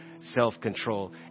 self-control